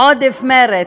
עודף מרץ,